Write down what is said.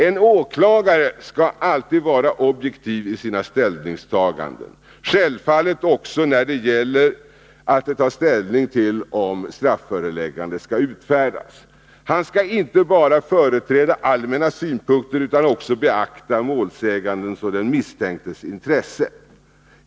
En åklagare skall alltid vara objektiv i sina ställningstaganden, självfallet också när det gäller att ta ställning till om ett strafföreläggande skall utfärdas. Han skall inte bara företräda allmänna synpunkter utan också beakta målsägandens och den misstänktes intressen.